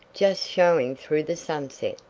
just showing through the sunset.